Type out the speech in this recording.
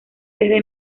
desde